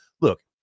Look